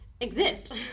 exist